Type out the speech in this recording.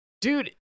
Dude